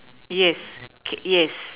yes yes